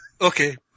Okay